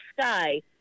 sky